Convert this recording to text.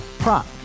Prop